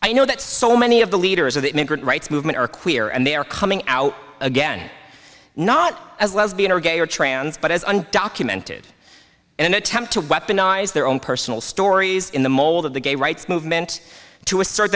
i know that so many of the leaders of the immigrant rights movement are clear and they are coming out again not as lesbian or gay or trans but as undocumented an attempt to weaponize their own personal stories in the mold of the gay rights movement to assert